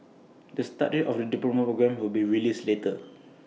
the start date of the diploma programme will be released later